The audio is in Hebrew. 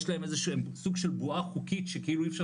יש להם איזשהו סוג של בועה חוקית שכאילו אי אפשר